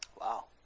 Wow